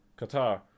qatar